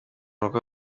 rugo